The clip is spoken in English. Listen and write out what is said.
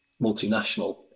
multinational